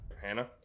Hannah